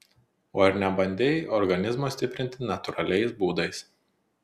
o ar nebandei organizmo stiprinti natūraliais būdais